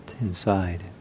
inside